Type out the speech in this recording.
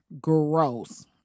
Gross